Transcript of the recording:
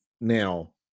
Now